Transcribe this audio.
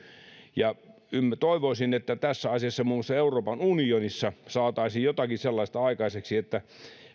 toivoisin että tässä asiassa muun muassa euroopan unionissa saataisiin jotakin sellaista aikaseksi että